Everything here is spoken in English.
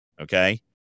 okay